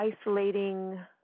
isolating